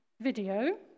Video